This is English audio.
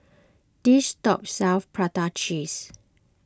this shop sells Prata Cheese